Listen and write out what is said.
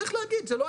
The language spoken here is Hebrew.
צריך להגיד זה.